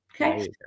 okay